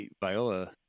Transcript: Viola